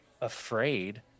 afraid